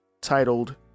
titled